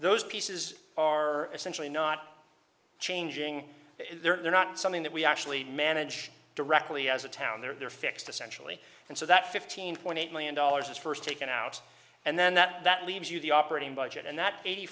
those pieces are essentially not changing they're not something that we actually manage directly as a town there are fixed essentially and so that fifteen point eight million dollars is first taken out and then that that leaves you the operating budget and that eighty